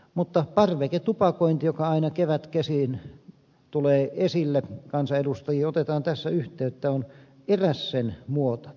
mutta parveketupakointi joka aina kevätkesin tulee esille ja josta kansanedustajiin otetaan yhteyttä on eräs sen muoto